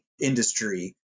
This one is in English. industry